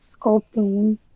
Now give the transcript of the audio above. sculpting